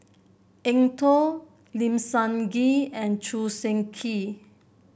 Eng Tow Lim Sun Gee and Choo Seng Quee